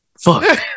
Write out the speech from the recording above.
Fuck